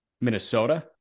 Minnesota